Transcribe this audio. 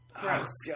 Gross